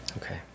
Okay